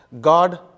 God